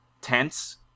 tense